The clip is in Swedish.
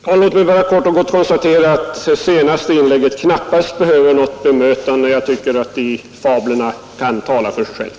Herr talman! Låt mig bara kort och gott konstatera att det senaste inlägget knappast behöver något bemötande. Jag tycker att de fablerna kan tala för sig själva.